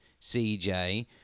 CJ